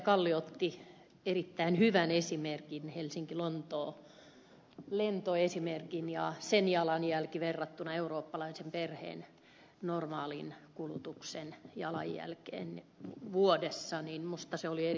kallio antoi erittäin hyvän esimerkin helsinkilontoo lentoesimerkin ja sen jalanjäljen verrattuna eurooppalaisen perheen normaalin kulutuksen jalanjälkeen vuodessa